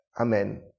Amen